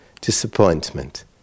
disappointment